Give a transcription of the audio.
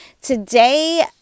Today